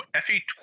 FE